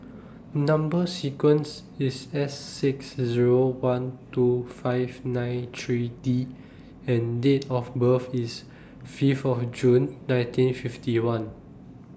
Number sequence IS S six Zero one two five nine three D and Date of birth IS Fifth of June nineteen fifty one